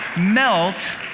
melt